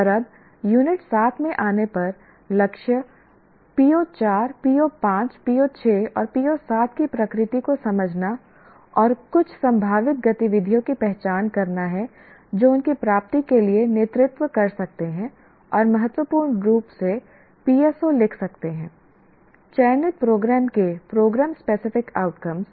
और अब यूनिट 7 में आने पर लक्ष्य PO4 PO5 PO6 और PO7 की प्रकृति को समझना और कुछ संभावित गतिविधियों की पहचान करना है जो उनकी प्राप्ति के लिए नेतृत्व कर सकते हैं और महत्वपूर्ण रूप से PSO लिख सकते हैं चयनित प्रोग्राम के प्रोग्राम स्पेसिफिक आउटकम्स